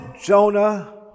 Jonah